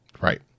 Right